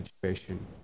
situation